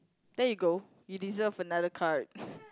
there you go you deserve another card